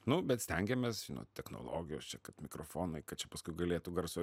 nu bet stengėmės žinot technologijos čia kad mikrofonai kad paskui galėtų garso